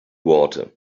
water